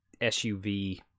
SUV